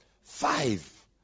five